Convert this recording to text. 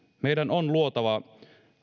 meidän on luotava